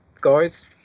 guys